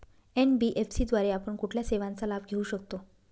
NBFC द्वारे आपण कुठल्या सेवांचा लाभ घेऊ शकतो?